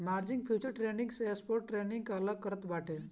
margin futures trading से spot trading के अलग करत बाटे